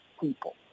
people